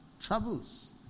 troubles